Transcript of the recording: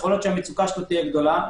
יכול להיות שהמצוקה שלו תהיה גדולה.